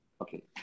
Okay